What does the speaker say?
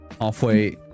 halfway